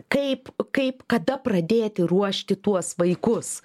kaip kaip kada pradėti ruošti tuos vaikus